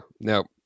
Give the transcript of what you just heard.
Nope